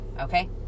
okay